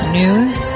news